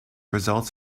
results